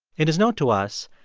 in his note to us,